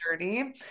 journey